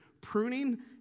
Pruning